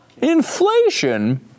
inflation